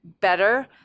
better